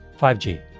5G